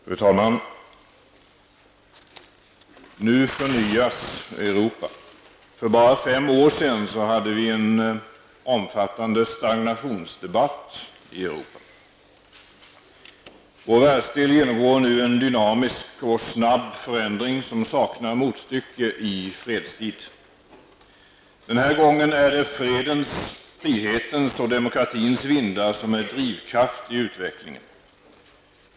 Fru talman! Nu förnyas Europa. För bara fem år sedan hade vi en omfattande stagnationsdebatt i Europa. Vår världsdel genomgår nu en dynamisk och snabb förändring, som saknar motstycke i fredstid. Den här gången är det fredens, frihetens och demokratins vindar som är drivkrafter i utvecklingen.